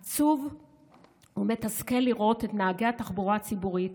עצוב ומתסכל לראות את נהגי התחבורה הציבורית